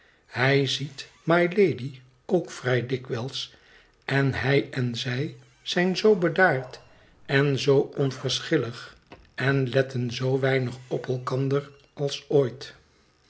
hij ziet mylady ook vrij dikwijls en hij en zij zijn zoo bedaard en zoo onverschillig en letten zoo weinig op elkander als ooit